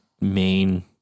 main